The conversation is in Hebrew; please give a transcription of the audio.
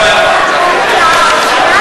למה הכנסת הזאת